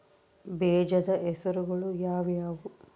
ಬೇಜದ ಹೆಸರುಗಳು ಯಾವ್ಯಾವು?